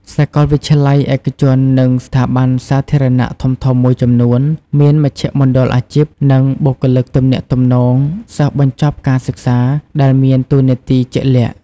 សាកលវិទ្យាល័យឯកជន និងស្ថាប័នសាធារណៈធំៗមួយចំនួន មានមជ្ឈមណ្ឌលអាជីព និងបុគ្គលិកទំនាក់ទំនងសិស្សបញ្ចប់ការសិក្សាដែលមានតួនាទីជាក់លាក់។